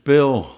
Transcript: Bill